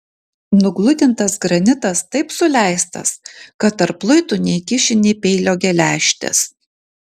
nugludintas granitas taip suleistas kad tarp luitų neįkiši nė peilio geležtės